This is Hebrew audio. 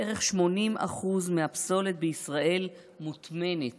בערך 80% מהפסולת בישראל מוטמנת